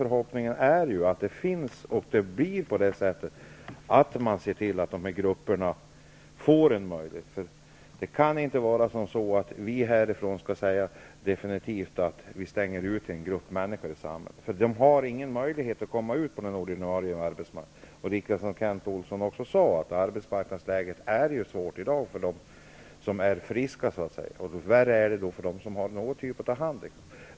Förhoppningen är att det blir på det sättet, så att man ser till att de här grupperna får en större möjlighet. Det kan inte vara riktigt att man definitivt stänger ute en grupp människor i samhället -- de här människorna har ingen möjlighet att komma ut på den ordinarie arbetsmarknaden. Som också Kent Olsson sade är arbetsmarknadsläget i dag svårt även för dem som är friska. Värre är det för dem som har någon typ av handikapp.